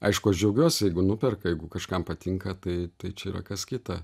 aišku aš džiaugiuosi jeigu nuperka jeigu kažkam patinka tai tai čia yra kas kita